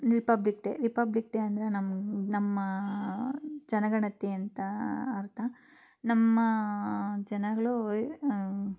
Republic day republic day ಅಂದರೆ ನಮ್ಮ ನಮ್ಮ ಜನಗಣತಿ ಅಂತ ಅರ್ಥ ನಮ್ಮ ಜನಗಳು